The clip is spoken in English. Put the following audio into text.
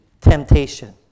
temptation